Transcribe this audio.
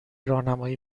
راهنمایی